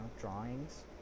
drawings